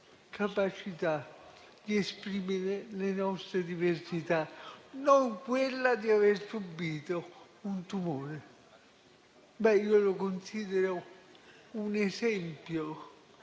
capacità di esprimere le nostre diversità, non quella di aver subito un tumore. Io lo considero un esempio